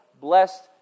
blessed